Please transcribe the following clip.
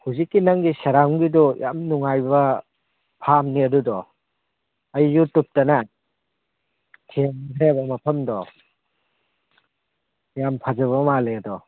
ꯍꯧꯖꯤꯛꯀꯤ ꯅꯪꯒꯤ ꯁꯦꯔꯥꯝꯒꯤꯗꯣ ꯌꯥꯝ ꯅꯨꯡꯉꯥꯏꯕ ꯐꯥꯝꯅꯦ ꯑꯗꯨꯗꯣ ꯑꯩ ꯌꯨꯇ꯭ꯌꯨꯕꯇꯅꯦ ꯊꯦꯡꯅꯈ꯭ꯔꯦꯕ ꯃꯐꯝꯗꯣ ꯌꯥꯝ ꯐꯖꯕ ꯃꯥꯜꯂꯤ ꯑꯗꯣ